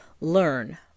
learn